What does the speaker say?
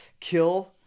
kill